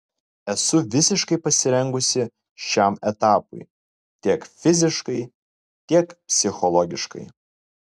esu visiškai pasirengusi šiam etapui tiek fiziškai tiek psichologiškai